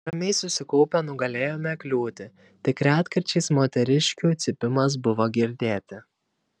ramiai susikaupę nugalėjome kliūtį tik retkarčiais moteriškių cypimas buvo girdėti